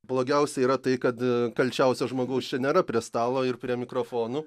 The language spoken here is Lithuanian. blogiausia yra tai kad kalčiausio žmogaus čia nėra prie stalo ir prie mikrofonų